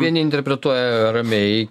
vieni interpretuoja ramiai